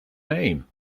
name